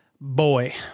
boy